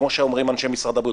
כמו שאומרים אנשי משרד הבריאות,